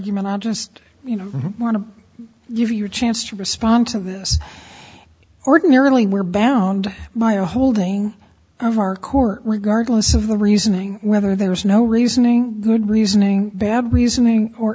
argument i'll just you know i want to give you a chance to respond to this ordinarily we're bound by a holding of our court regardless of the reasoning whether there is no reasoning good reasoning bad reasoning or